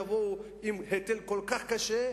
כשהם יבואו עם היטל כל כך קשה,